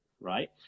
right